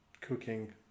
cooking